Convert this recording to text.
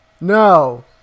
No